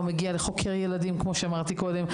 הוא מגיע לחוקר ילדים כמו שאמרתי קודם,